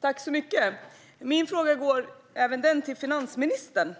Fru talman! Min fråga går till finansministern.